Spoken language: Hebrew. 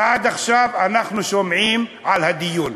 ועד עכשיו אנחנו שומעים על הדיון.